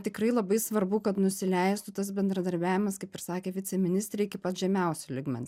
tikrai labai svarbu kad nusileistų tas bendradarbiavimas kaip ir sakė viceministrė iki pat žemiausio lygmens